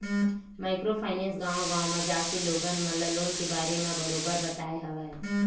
micro finance गाँव गाँव म जाके लोगन मन ल लोन के बारे म बरोबर बताय हवय